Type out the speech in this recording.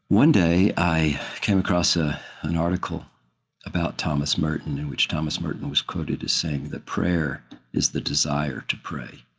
one day, i came across ah an article about thomas merton in which thomas merton was quoted as saying that prayer is the desire to pray.